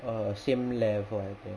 err same level I think